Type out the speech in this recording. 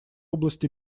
области